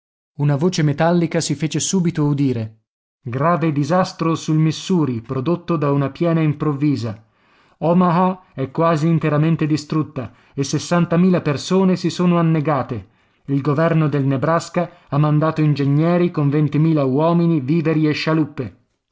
una voce metallica si fece subito udire grave disastro sul missouri prodotto da una piena improvvisa omaha è quasi interamente distrutta e sessantamila persone si sono annegate il governo del nebraska ha mandato ingegneri con ventimila uomini viveri e scialuppe